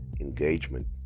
engagement